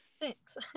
Thanks